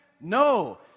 no